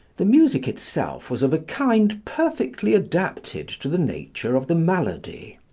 the music itself was of a kind perfectly adapted to the nature of the malady,